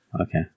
Okay